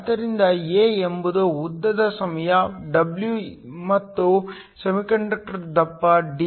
ಆದ್ದರಿಂದ A ಎಂಬುದು ಉದ್ದದ ಸಮಯ W ಮತ್ತು ಸೆಮಿಕಂಡಕ್ಟರ್ ದಪ್ಪ D